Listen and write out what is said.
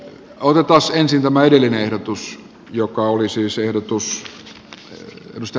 korppoossa ensin välinen erotus joka oli syysehdotus josta